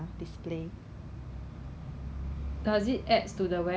um last week last week I went with my sister